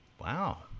Wow